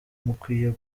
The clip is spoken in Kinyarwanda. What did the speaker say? mukwiye